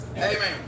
Amen